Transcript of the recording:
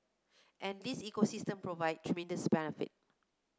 and this ecosystem provides tremendous benefit